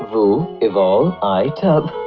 ah uoy evol i tub.